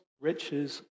riches